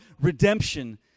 redemption